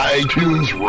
iTunes